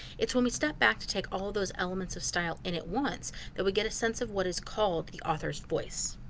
it's when we step back to take all those elements of style in at once that we get a sense of what is called the author's voice.